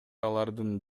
алардын